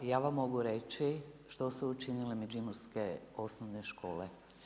Ja vam mogu reći što su učinile međimurske osnovne škole.